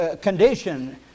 condition